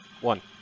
One